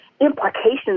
implications